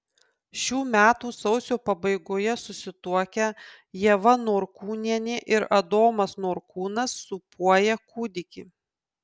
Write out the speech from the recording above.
šių metų sausio pabaigoje susituokę ieva norkūnienė ir adomas norkūnas sūpuoja kūdikį